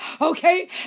okay